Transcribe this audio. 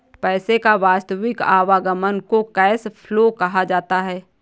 पैसे का वास्तविक आवागमन को कैश फ्लो कहा जाता है